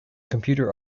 computer